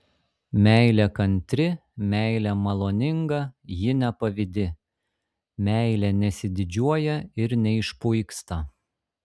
meilė kantri meilė maloninga ji nepavydi meilė nesididžiuoja ir neišpuiksta